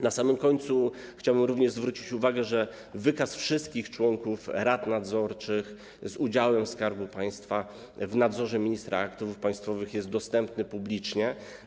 Na samym końcu chciałbym również zwrócić uwagę, że wykaz wszystkich członków rad nadzorczych spółek z udziałem Skarbu Państwa w nadzorze ministra aktywów państwowych jest dostępny publicznie.